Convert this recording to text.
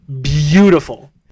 beautiful